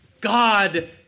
God